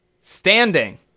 Standing